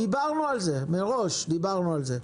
דיברנו על זה מראש, דיברנו על זה.